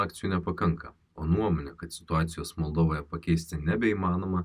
akcijų nepakanka o nuomonė kad situacijos moldovoje pakeisti nebeįmanoma